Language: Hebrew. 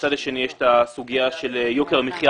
מהצד השני יש את הסוגיה של יוקר המחייה